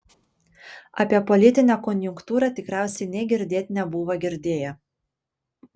apie politinę konjunktūrą tikriausiai nė girdėt nebuvo girdėję